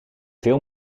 veel